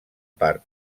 part